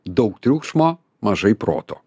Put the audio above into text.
daug triukšmo mažai proto